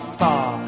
far